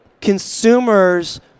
consumers